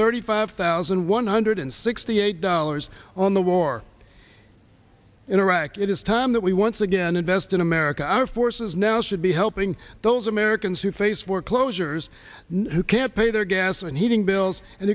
thirty five thousand one hundred sixty eight dollars on the war in iraq it is time that we once again invest in america our forces now should be helping those americans who face work losers who can't pay their gas and heating bills and